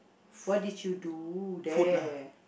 what did you do there